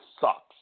sucks